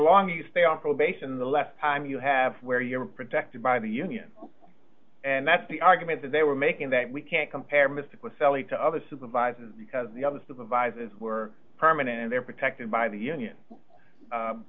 longer you stay on probation the less time you have where you're protected by the union and that's the argument that they were making that we can't compare mistake with selita other supervisors because the other supervisors were permanent and they're protected by the union